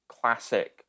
classic